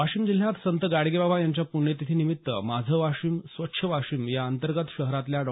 वाशिम जिल्ह्यात संत गाडगेबाबा यांच्या पुण्यतिथी निमित्त माझं वाशिम स्वच्छ वाशिम या अंतर्गत शहरातल्या डॉ